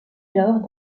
alors